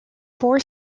four